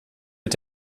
mit